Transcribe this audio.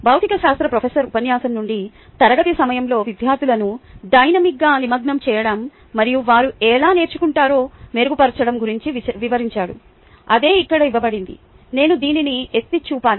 భౌతిక శాస్త్ర ప్రొఫెసర్ ఉపన్యాసం నుండి తరగతి సమయంలో విద్యార్థులను డైనమిక్గా నిమగ్నం చేయడం మరియు వారు ఎలా నేర్చుకుంటారో మెరుగుపరచడం గురించి వివరించాడు అదే ఇక్కడ ఇవ్వబడింది నేను దీనిని ఎత్తి చూపాలి